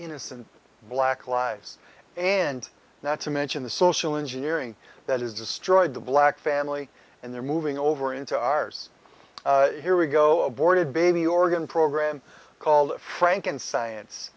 innocent black lives and not to mention the social engineering that has destroyed the black family and they're moving over into ours here we go aborted baby organ program called frank and science